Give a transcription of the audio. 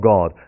God